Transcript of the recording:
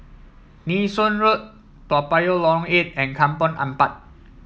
Nee Soon Road Toa Payoh Lorong Eight and Kampong Ampat